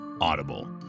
Audible